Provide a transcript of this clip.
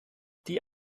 die